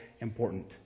important